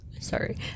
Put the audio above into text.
sorry